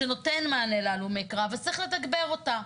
שנותנת מענה להלומי קרב וצריך לתגבר אותה.